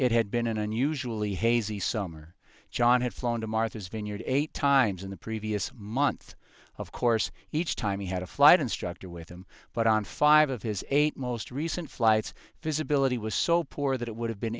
it had been an unusually hazy summer john had flown to martha's vineyard eight times in the previous month of course each time he had a flight instructor with him but on five of his eight most recent flights visibility was so poor that it would have been